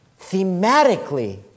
thematically